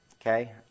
Okay